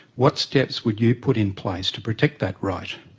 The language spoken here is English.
what steps would you put in place to protect that right?